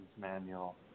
manual